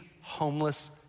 homeless